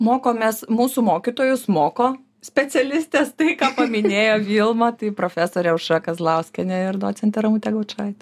mokomės mūsų mokytojus moko specialistės tai ką paminėjo vilma tai profesorė aušra kazlauskienė ir docentė ramutė gaučaitė